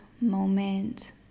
moment